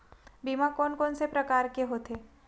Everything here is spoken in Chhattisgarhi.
बीमा कोन कोन से प्रकार के होथे?